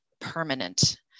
permanent